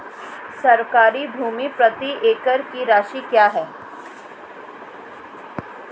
सरकारी भूमि प्रति एकड़ की राशि क्या है?